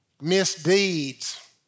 misdeeds